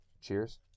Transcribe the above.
Cheers